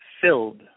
filled